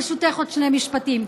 ברשותך, עוד שני משפטים.